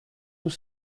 nous